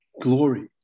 glory